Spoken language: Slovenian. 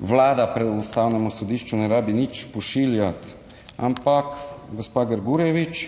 Vlada Ustavnemu sodišču ne rabi nič pošiljati, ampak gospa Grgurevič